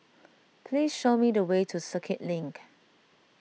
please show me the way to Circuit Link